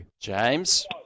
James